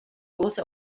also